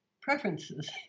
preferences